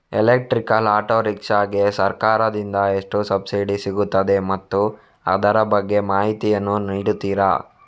Electrical auto rickshaw ಗೆ ಸರ್ಕಾರ ದಿಂದ ಎಷ್ಟು ಸಬ್ಸಿಡಿ ಸಿಗುತ್ತದೆ ಮತ್ತು ಅದರ ಬಗ್ಗೆ ಮಾಹಿತಿ ಯನ್ನು ನೀಡುತೀರಾ?